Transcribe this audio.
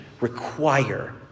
require